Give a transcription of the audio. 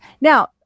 Now